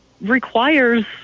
requires